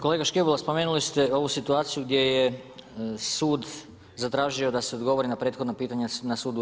Kolega Škibola, spomenuli ste ovu situaciju gdje je sud zatražio da se odgovori na prethodno pitanje na sudu EU.